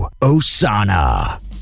Osana